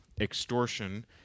extortion